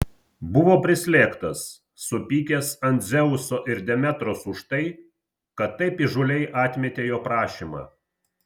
buvo prislėgtas supykęs ant dzeuso ir demetros už tai kad taip įžūliai atmetė jo prašymą